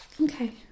Okay